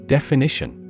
Definition